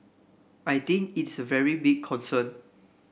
I think it's a very big concern